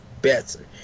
better